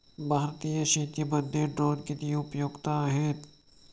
भारतीय शेतीमध्ये ड्रोन किती उपयुक्त आहेत?